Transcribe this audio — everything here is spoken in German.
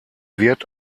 wird